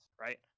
right